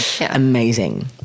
Amazing